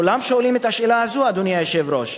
כולם שואלים את השאלה הזאת, אדוני היושב-ראש.